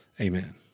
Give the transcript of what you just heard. amen